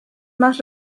más